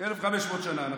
כ-1,520 שנה.